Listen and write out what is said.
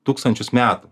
tūkstančius metų